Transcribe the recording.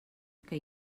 que